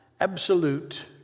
absolute